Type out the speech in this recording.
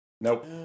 Nope